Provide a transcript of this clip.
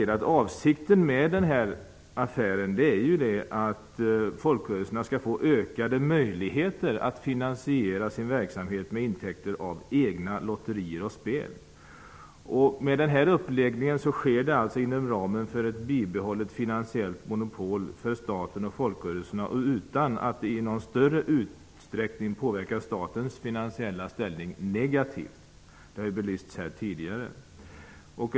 Avsikten med affären är att folkrörelserna skall få ökade möjligheter att finansiera sin verksamhet med intäkter från egna lotterier och spel. Med den föreslagna uppläggningen sker det inom ramen för ett bibehållet finansiellt monopol för staten och folkrörelserna utan att det i någon större utsträckning påverkar statens finansiella ställning negativt, vilket tidigare har belysts.